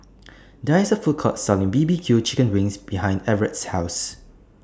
There IS A Food Court Selling B B Q Chicken Wings behind Everet's House